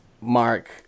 Mark